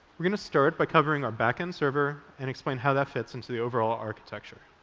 we're going to start by covering our backend server, and explain how that fits into the overall architecture.